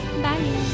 Bye